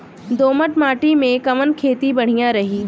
दोमट माटी में कवन खेती बढ़िया रही?